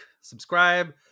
subscribe